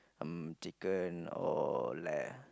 mm chicken or lamb